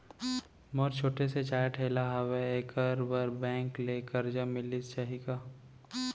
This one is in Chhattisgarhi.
मोर छोटे से चाय ठेला हावे एखर बर बैंक ले करजा मिलिस जाही का?